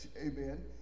Amen